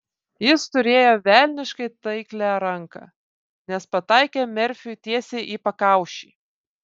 jis turėjo velniškai taiklią ranką nes pataikė merfiui tiesiai į pakaušį